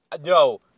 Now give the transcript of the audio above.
No